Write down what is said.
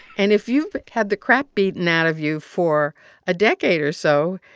and if you've had the crap beaten out of you for a decade or so,